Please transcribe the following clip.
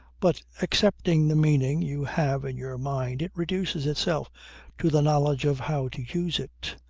but accepting the meaning you have in your mind it reduces itself to the knowledge of how to use it.